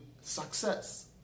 success